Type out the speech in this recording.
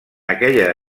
aquella